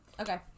Okay